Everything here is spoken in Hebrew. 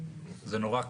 זה נורא קל,